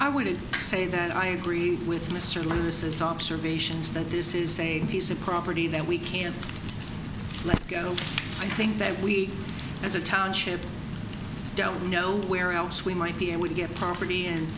i would say that i agree with mr lewis's observations that this is a piece of property that we can't let go no i think that we as a township don't know where else we might be able to get property and